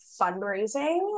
fundraising